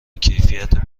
کیفیت